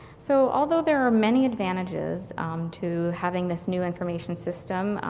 so although there are many advantages to having this new information system,